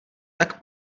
tak